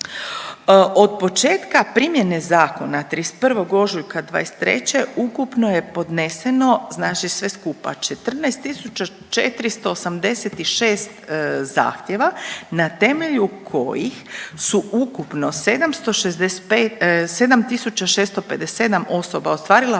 Od početka primjene zakona 31. ožujka '23. ukupno je podneseno znači sve skupa 14.486 zahtjeva na temelju kojih su ukupno 765, 7.657 osoba ostvarila